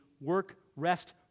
work-rest